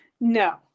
no